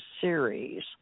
series